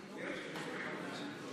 רואים רק את השניים הבאים, חברת הכנסת ברביבאי.